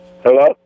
Hello